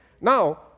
Now